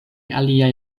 aliaj